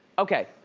okay.